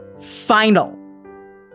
final